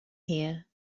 here